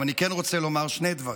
אבל אני כן רוצה לומר שני דברים.